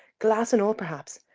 glass and all perhaps,